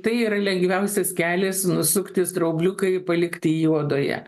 tai yra lengviausias kelias nusukti straubliuką ir palikti jį odoje